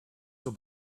will